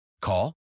Call